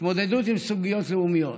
התמודדות עם סוגיות לאומיות.